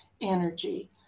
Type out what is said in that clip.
energy